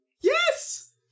Yes